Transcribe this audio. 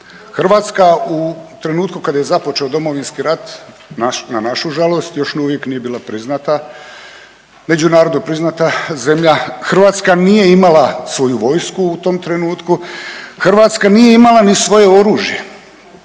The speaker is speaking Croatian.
Hrvatska u trenutku kad je započeo Domovinski rat na našu žalost još uvijek nije bila priznata, međunarodno priznata zemlja. Hrvatska nije imala svoju vojsku u tom trenutku, Hrvatska nije imala ni svoje oružje.